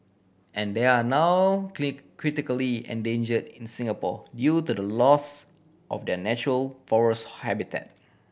and they are now critically endangered in Singapore due to the loss of their natural forest habitat